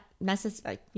necessary